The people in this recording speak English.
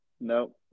No